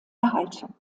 erhalten